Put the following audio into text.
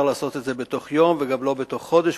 לעשות את זה בתוך יום וגם לא בתוך חודש,